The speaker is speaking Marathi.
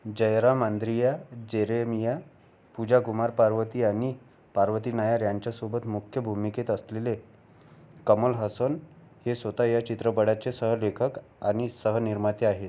जयराम आंद्रिया जेरेमिया पूजा कुमार पार्वती आणि पार्वती नायर यांच्यासोबत मुख्य भूमिकेत असलेले कमल हसन हे स्वत या चित्रपटाचे सहलेखक आणि सहनिर्माते आहेत